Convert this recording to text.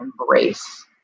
embrace